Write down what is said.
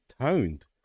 toned